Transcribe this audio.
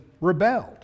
rebelled